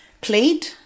played